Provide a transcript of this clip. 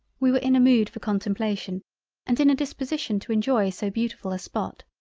we were in a mood for contemplation and in a disposition to enjoy so beautifull a spot.